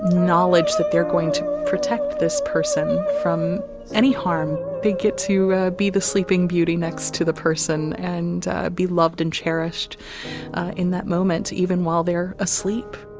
knowledge that they're going to protect this person from any harm they get to be the sleeping beauty next to the person and be loved and cherished in that moment, even while they're asleep